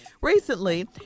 Recently